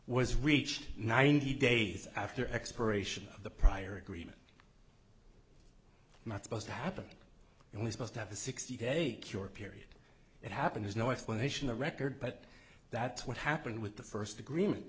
was reached ninety days after expiration of the prior agreement not supposed to happen and we supposed to have a sixty day cure period it happens no explanation a record but that's what happened with the first agreement